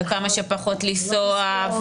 וכמה שפחות לנסוע.